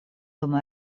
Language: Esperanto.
dum